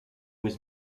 was